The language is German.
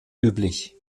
üblich